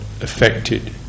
affected